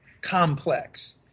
complex